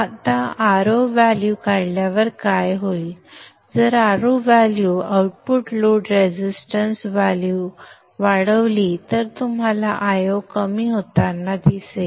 आता Ro value वाढल्यावर काय होईल जर Ro value output load resistance value वाढवली तर तुम्हाला Io कमी होताना दिसेल